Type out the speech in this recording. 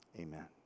amen